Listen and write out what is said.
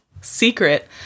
secret